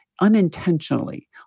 unintentionally